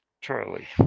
Charlie